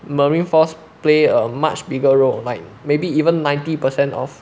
marine force play a much bigger role like maybe even ninety per cent of